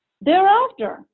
Thereafter